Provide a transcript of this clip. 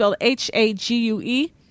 H-A-G-U-E